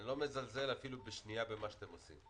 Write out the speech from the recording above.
אני לא מזלזל אפילו לשנייה במה שאתם עושים.